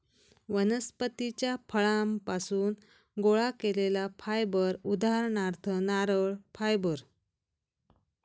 वनस्पतीच्या फळांपासुन गोळा केलेला फायबर उदाहरणार्थ नारळ फायबर